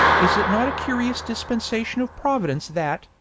is it not a curious dispensation of providence that,